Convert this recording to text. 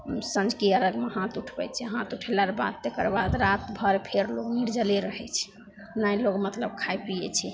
सँझुकी अरघमे हाथ उठबै छै हाथ उठेला रऽ बाद तकर बाद राति भरि फेर लोक निर्जले रहै छै नहि लोक मतलब खाइ पिए छै